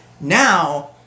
now